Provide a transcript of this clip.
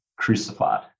crucified